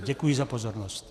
Děkuji za pozornost.